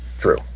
True